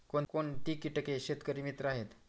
कोणती किटके शेतकरी मित्र आहेत?